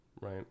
Right